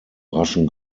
raschen